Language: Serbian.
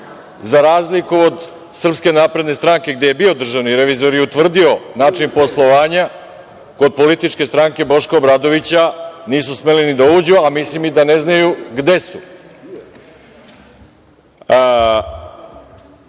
za razliku od SNS, gde je bio državni revizor i utvrdio način poslovanja, kod političke stranke Boška Obradovića nisu smeli ni da uđu a mislim i da ne znaju gde